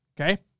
Okay